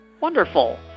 Wonderful